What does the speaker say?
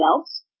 else